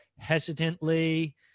hesitantly